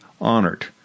honored